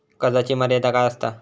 कर्जाची मर्यादा काय असता?